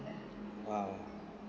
!wow!